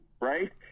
right